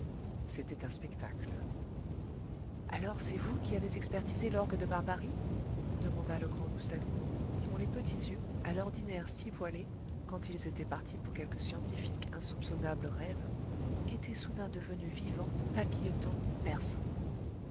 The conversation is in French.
c'était un spectacle alors c'est vous qui avez expertisé l'orgue de barbarie demanda le grand loustalot dont les petits yeux à l'ordinaire si voilés quand ils étaient partis pour quelque scientifique insoupçonnable rêve étaient soudain devenus vivants papillotants perçants